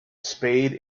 spade